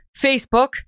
Facebook